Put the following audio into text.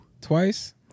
Twice